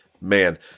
Man